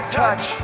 touch